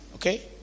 Okay